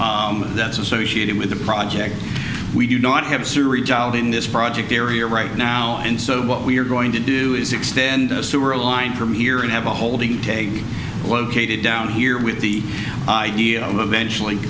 wall that's associated with the project we do not have series in this project area right now and so what we are going to do is extend a sewer line from here and have a holding tank located down here with the idea of eventually